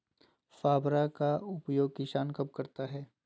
फावड़ा का उपयोग किसान कब करता है?